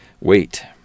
wait